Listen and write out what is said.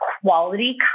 quality